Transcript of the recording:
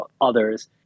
others